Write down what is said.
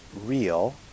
real